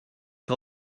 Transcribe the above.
que